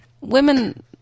women